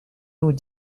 nous